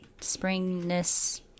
springness